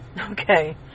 Okay